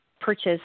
purchase